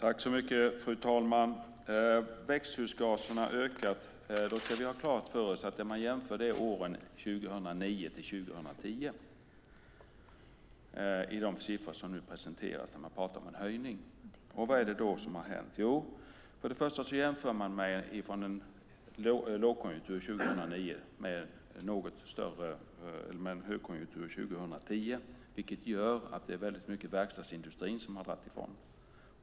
Fru talman! Växthusgaserna har ökat. Då ska vi ha klart för oss att när det gäller de siffror som nu presenteras, där man pratar om en höjning, jämför man åren 2009 och 2010. Vad är det då som har hänt? Först och främst jämför man en lågkonjunktur, 2009, med en högkonjunktur, 2010, vilket gör att det är väldigt mycket verkstadsindustri som har dragit ifrån.